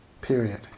Period